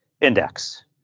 index